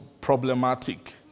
problematic